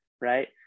right